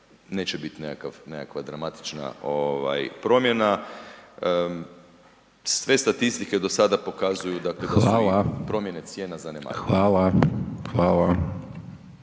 neće biti nekakva dramatična promjena. Sve statistike do sada pokazuju dakle …/Upadica: Hvala./… da